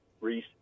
Reese